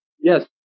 Yes